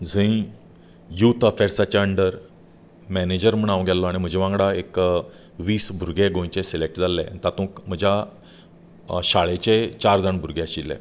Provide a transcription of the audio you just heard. जंय युथ अफेर्साच्या under manager म्हणून हांव गेल्लों आनी म्हज्या वांगडा एक वीस भुरगें गोंयचें सिलेक्ट जाल्ले तातुंत म्हज्या शाळेचें चार जाण भुरगें आशिल्ले